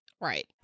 Right